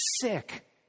Sick